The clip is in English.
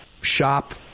shop